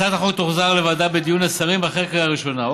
הצעת החוק תוחזר לדיון בוועדת השרים אחרי קריאה ראשונה.